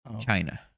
China